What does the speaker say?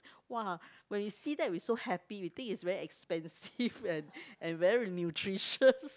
!wah! when we see that we so happy we think it's very expensive and very nutritious